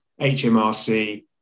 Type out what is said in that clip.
HMRC